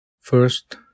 First